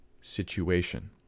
situation